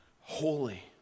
holy